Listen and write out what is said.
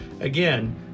Again